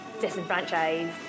disenfranchised